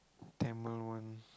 Tamil one